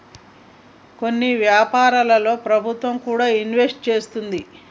కొన్ని వ్యాపారాల్లో ప్రభుత్వం కూడా ఇన్వెస్ట్ చేస్తుంది